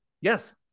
Yes